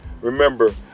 Remember